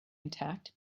intact